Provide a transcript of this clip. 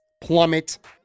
plummet